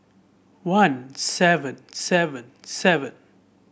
one seven seven seven